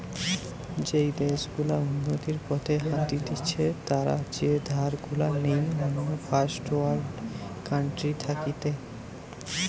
যেই দেশ গুলা উন্নতির পথে হতিছে তারা যে ধার গুলা নেই অন্য ফার্স্ট ওয়ার্ল্ড কান্ট্রি থাকতি